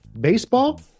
baseball